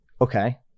Okay